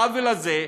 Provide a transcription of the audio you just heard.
העוול הזה,